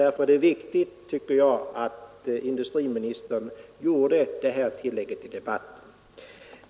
Därför är det viktigt att industriministern gjorde detta tillägg i debatten.